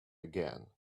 again